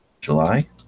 July